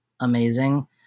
amazing